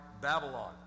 Babylon